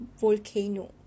volcano